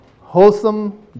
wholesome